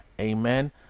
Amen